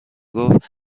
گفت